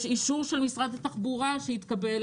יש אישור של משרד התחבורה שהתקבל